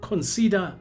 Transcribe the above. Consider